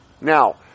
Now